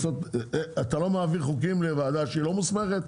אתה לא מעביר חוקים לוועדה שהיא לא מוסמכת?